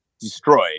destroyed